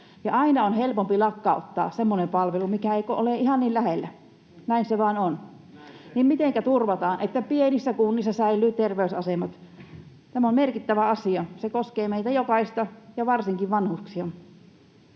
aina on helpompi lakkauttaa semmoinen palvelu, mikä ei ole ihan niin lähellä. Näin se vain on. Mitenkä turvataan, että pienissä kunnissa säilyvät terveysasemat? Tämä on merkittävä asia. Se koskee meitä jokaista ja varsinkin vanhuksia.